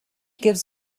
gives